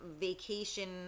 vacation